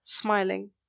Smiling